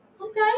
Okay